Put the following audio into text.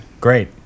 Great